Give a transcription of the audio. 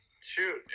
shoot